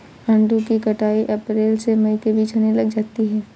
आड़ू की कटाई अप्रैल से मई के बीच होने लग जाती है